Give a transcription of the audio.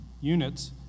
units